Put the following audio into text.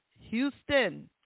Houston